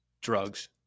drugs